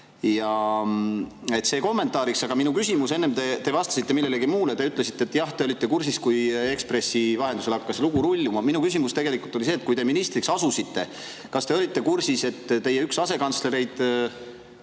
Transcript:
See on kommentaariks. Aga minu küsimus. Enne te vastasite millelegi muule ja ütlesite, et jah, te olite kursis, et Ekspressi vahendusel hakkas lugu rulluma. Minu küsimus oli see: kui te ministriametisse asusite, kas te olite kursis, et üks asekantslereid